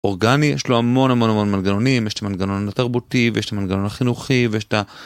אורגני יש לו המון המון המון מנגנונים יש את מנגנון התרבותי ויש את המנגנון החינוכי ויש את ה...